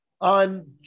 on